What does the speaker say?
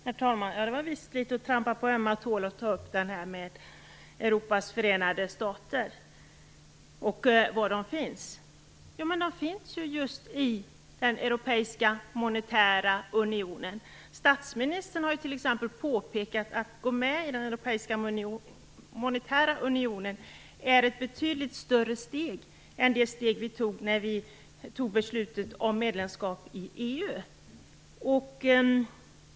Herr talman! Det var visst litet grand att trampa på ömma tår att ta upp detta med Europas förenta stater och frågan om var de finns. Men de finns ju just i den europeiska monetära unionen. Statsministern har ju t.ex. påpekat att det är ett betydligt större steg att gå med i den monetära unionen än det steg som vi tog när vi fattade beslut om medlemskap i EU.